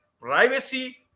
privacy